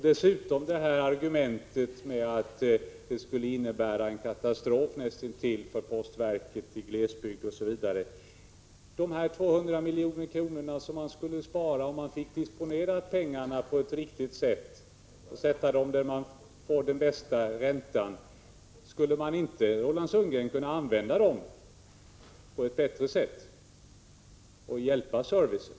Med anledning av argumentet att det skulle bli näst intill en katastrof för postverket i glesbygden vill jag peka på de 200 milj.kr. som folk skulle spara om de fick disponera pengarna på ett riktigt vis och sätta in dem där de får den bästa räntan. Skulle man inte kunna använda dem på bättre sätt genom att förbättra servicen?